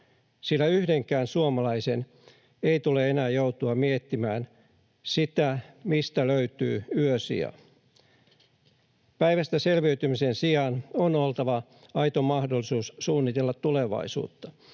sillä yhdenkään suomalaisen ei tule enää joutua miettimään sitä, mistä löytää yösija. Päivästä selviytymisen sijaan on oltava aito mahdollisuus suunnitella tulevaisuutta.